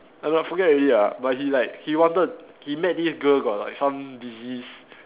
ya lor forget already lah but he like he wanted he met this girl got like some disease